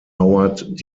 howard